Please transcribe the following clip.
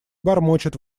бормочет